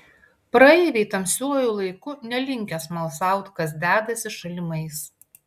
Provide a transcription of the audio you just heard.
praeiviai tamsiuoju laiku nelinkę smalsaut kas dedasi šalimais